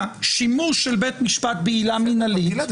שימוש של בית משפט בעילה מינהלית --- גלעד,